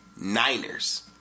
Niners